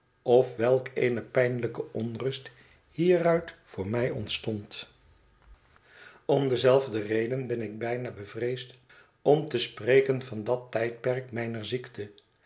of welk eene pijnlijke onrust hieruit voor mij ontstond om dezelfde reden ben ik bijna bevreesd om te spreken van dat tijdperk mijner ziekte